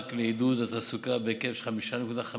מענק לעידוד התעסוקה בהיקף של 5.5